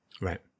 Right